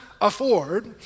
afford